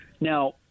Now